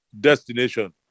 destination